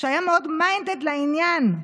שהיה מאוד minded לעניין,